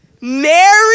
Mary